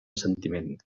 sentiment